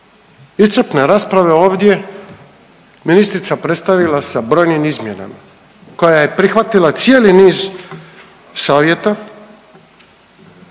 iscrpne rasprave ovdje ministrica predstavila sa brojnim izmjenama, koja je prihvatila cijeli niz savjeta,